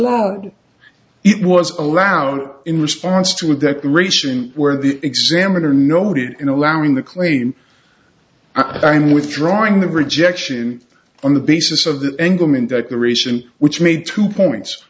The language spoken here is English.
allowed it was allowed in response to a declaration where the examiner noted in allowing the claim i'm withdrawing the rejection on the basis of the engelmann declaration which made two points